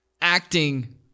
Acting